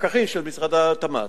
פקחים של משרד התמ"ת,